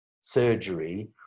surgery